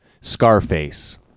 Scarface